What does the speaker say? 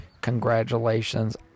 Congratulations